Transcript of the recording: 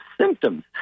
symptoms